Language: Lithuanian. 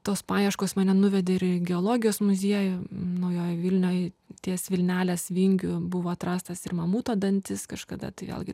tos paieškos mane nuvedė ir į geologijos muziejų naujojoj vilnioj ties vilnelės vingiu buvo atrastas ir mamuto dantis kažkada tai vėlgi